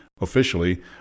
officially